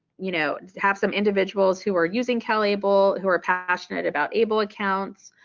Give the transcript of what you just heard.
you know have some individuals who were using calable who are passionate about able accounts,